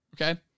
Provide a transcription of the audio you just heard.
Okay